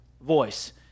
voice